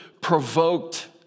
provoked